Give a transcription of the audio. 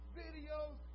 videos